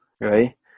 right